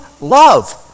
love